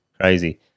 crazy